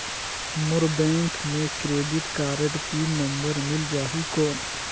मोर bank मे credit card pin number मिल जाहि कौन?